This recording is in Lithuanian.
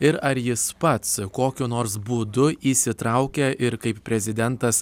ir ar jis pats kokiu nors būdu įsitraukia ir kaip prezidentas